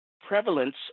prevalence